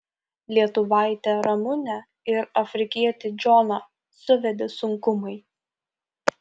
lietuvaitę ramunę ir afrikietį džoną suvedė sunkumai